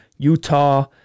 Utah